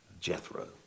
Jethro